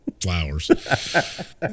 flowers